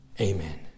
Amen